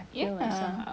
ya